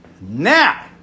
now